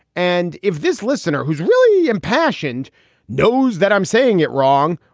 and if this listener who's really impassioned knows that i'm saying it wrong,